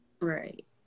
Right